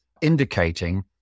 indicating